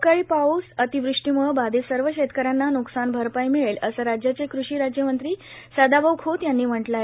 अवकाळी पाऊस अतिवृष्टीम्ळं बाधित सर्व शेतकऱ्यांना न्कसानभरपाई मिळेल असं राज्याचे कृषी राज्यमंत्री सदाभाऊ खोत यांनी म्हटलं आहे